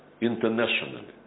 Internationally